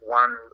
one